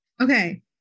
Okay